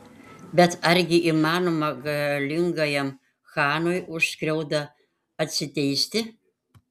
bet argi įmanoma galingajam chanui už skriaudą atsiteisti